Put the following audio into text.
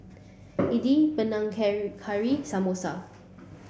Idili Panang Care Curry Samosa